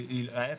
ההפך,